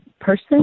person